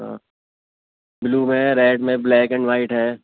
ہاں بلو میں ریڈ میں بلیک اینڈ وائٹ ہے